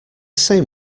same